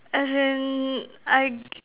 as in I